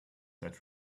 that